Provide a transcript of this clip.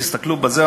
תסתכלו בזה,